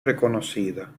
reconocida